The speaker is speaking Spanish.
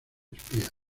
espías